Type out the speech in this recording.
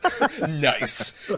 Nice